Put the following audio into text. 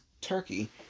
Turkey